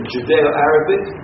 Judeo-Arabic